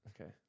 Okay